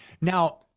Now